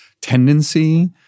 tendency